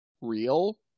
real